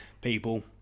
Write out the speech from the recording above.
people